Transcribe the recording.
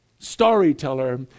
storyteller